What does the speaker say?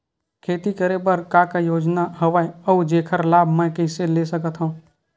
खेती करे बर का का योजना हवय अउ जेखर लाभ मैं कइसे ले सकत हव?